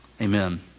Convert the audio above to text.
Amen